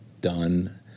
done